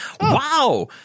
Wow